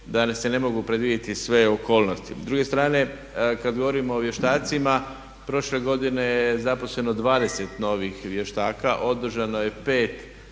da se ne mogu predvidjeti sve okolnosti. S druge strane kad govorimo o vještacima prošle godine je zaposleno 20 novih vještaka, održano je 5